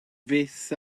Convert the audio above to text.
fyth